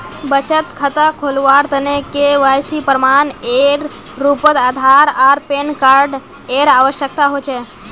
बचत खता खोलावार तने के.वाइ.सी प्रमाण एर रूपोत आधार आर पैन कार्ड एर आवश्यकता होचे